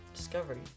discovery